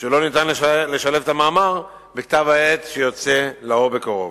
שלא ניתן לשלב את המאמר בכתב-העת שיוצא לאור בקרוב.